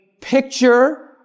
picture